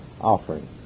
offering